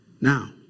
Now